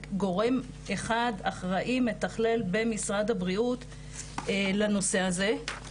גורם אחד אחראי מתכלל במשרד הבריאות לנושא הזה,